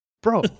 Bro